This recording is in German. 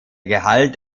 gehalt